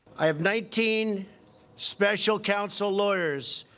i have nineteen special counsel lawyers,